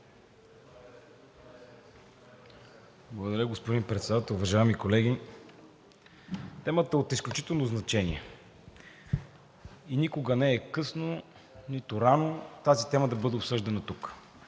Благодаря, господин Председател. Уважаеми колеги! Темата е от изключително значение. Никога не е късно, нито рано, тази тема да бъде обсъждана тук.